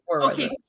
okay